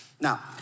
Now